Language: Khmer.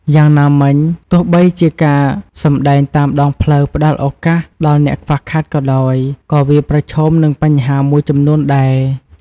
យ៉ាងណាមិញ ទោះបីជាការសម្ដែងតាមដងផ្លូវផ្តល់ឱកាសដល់អ្នកខ្វះខាតក៏ដោយ ក៏វាប្រឈមនឹងបញ្ហាមួយចំនួនដែរ។